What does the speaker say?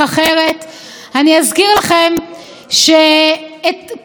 אני אזכיר לכם שאת פסקת ההתגברות,